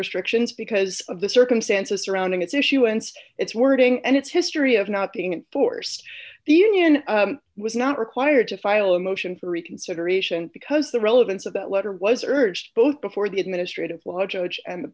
restrictions because of the circumstances surrounding its issuance its wording and its history of not being enforced the union was not required to file a motion for reconsideration because the relevance of that letter was urged both before the administrative law judge and the